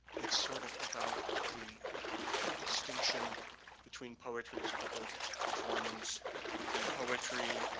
it's sort of about the distinction between poetry as public performance and poetry,